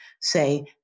say